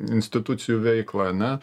institucijų veiklą ane